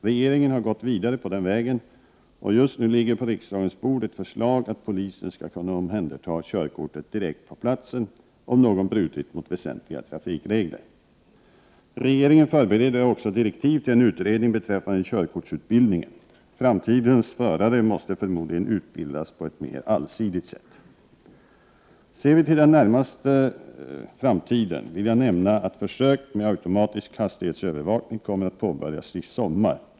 Regeringen har gått vidare på den vägen och just nu ligger på riksdagens bord ett förslag att polisen skall kunna omhänderta körkortet direkt på platsen, om någon brutit mot väsentliga trafikregler. Regeringen förbereder också direktiv till en utredning beträffande körkortsutbildningen. Framtidens förare måste förmodligen utbildas på ett mer allsidigt sätt. Ser vi till den närmaste framtiden vill jag nämna att försök med automatisk hastighetsövervakning kommer att påbörjas i sommar.